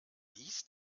dies